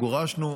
גורשנו,